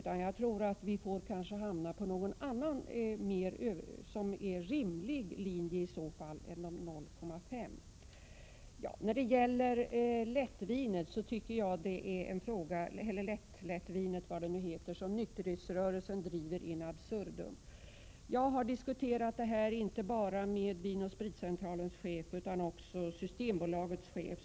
Jag tror därför att vi kanske måste välja en annan, mera rimlig linje. Frågan om lättlättvinet tycker jag är en fråga som nykterhetsrörelsen driver in absurdum. Jag har diskuterat dessa saker inte bara med Vin & Spritcentralens chef utan också med Systembolagets chef.